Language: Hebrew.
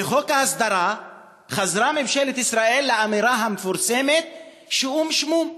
בחוק ההסדרה חזרה ממשלת ישראל לאמירה המפורסמת "או"ם שמום",